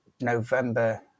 November